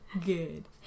Good